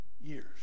years